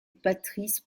patrice